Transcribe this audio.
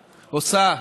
בבקשה,